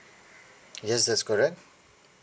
yes that's correct